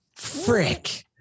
Frick